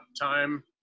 time